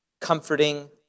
comforting